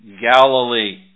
Galilee